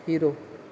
hero